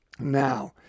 Now